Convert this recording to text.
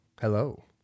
Hello